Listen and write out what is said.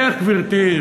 גברתי,